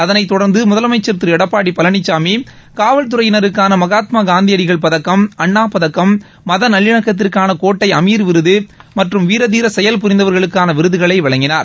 அதனைத் தொடர்ந்து முதலமைச்சர் திரு எடப்பாடி பழனிசாமி காவல்தறையினருக்கான மகாத்மா காந்தியடிகள் பதக்கம் அண்ணா பதக்கம் மத நல்லிணக்கத்திற்கான கோட்டை அமீர் விருது மற்றும் வீர தீர செயல் புரிந்தவர்களுக்கான விருதுகளை வழங்கினார்